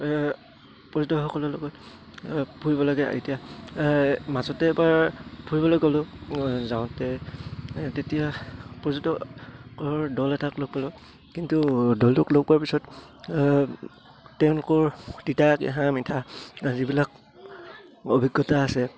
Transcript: পৰ্যটকসকলৰ লগত ফুৰিব লাগে এতিয়া মাজতে এবাৰ ফুৰিবলৈ গ'লোঁ যাওঁতে তেতিয়া পৰ্যটকৰ দল এটাক লগ পালোঁ কিন্তু দলটোক লগ পোৱাৰ পিছত তেওঁলোকৰ তিতা কেঁহা মিঠা যিবিলাক অভিজ্ঞতা আছে